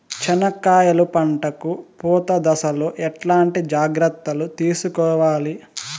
చెనక్కాయలు పంట కు పూత దశలో ఎట్లాంటి జాగ్రత్తలు తీసుకోవాలి?